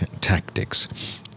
tactics